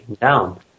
down